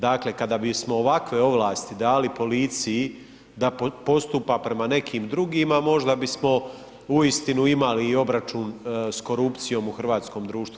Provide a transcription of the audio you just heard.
Dakle kada bismo ovakve ovlasti dali policiji da postupa prema nekim drugima, možda bismo uistinu imali i obračun s korupcijom u hrvatskom društvu.